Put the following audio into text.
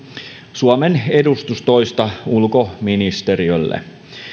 suomen edustustoista ulkoministeriölle